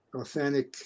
authentic